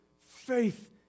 faith